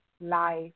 life